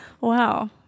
Wow